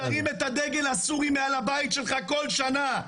תרים את הדגל הסורי מעל הבית שלך בכל שנה,